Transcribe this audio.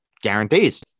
guarantees